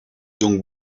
donc